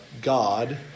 God